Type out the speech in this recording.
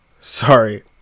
sorry –